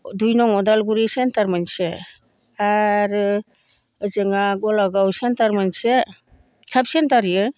दुइ नं अदालगुरि सेन्टार मोनसे आरो जोंहा गलागाव सेन्टार मोनसे साब सेन्टार इयो